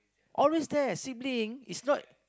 always there sibling is not